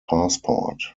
passport